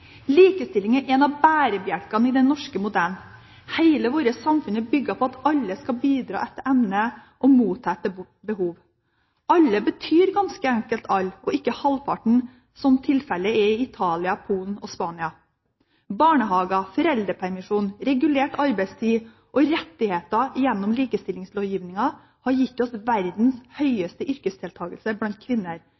Likestilling er en av bærebjelkene i den norske modellen. Hele vårt samfunn er bygget på at alle skal bidra etter evne og motta etter behov. Alle betyr ganske enkelt alle, ikke halvparten, som tilfellet er i Italia, Polen og Spania. Barnehager, foreldrepermisjon, regulert arbeidstid og rettigheter gjennom likestillingslovgivningen har gitt oss verdens